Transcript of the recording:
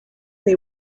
they